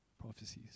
prophecies